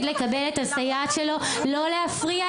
לקבל את הסייעת שלו.) --- לא להפריע.